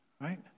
Right